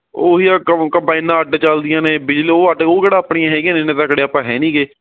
ਉਹੀ ਹੈ ਕਬ ਕੰਬਾਇਨਾਂ ਅੱਡ ਚੱਲਦੀਆਂ ਨੇ ਬਿਜਲੀ ਉਹ ਅੱਡ ਉਹ ਕਿਹੜਾ ਆਪਣੀਆਂ ਹੈਗੀਆਂ ਨੇ ਇੰਨੇ ਤਕੜੇ ਆਪਾ ਹੈ ਨਹੀਂ ਗੇ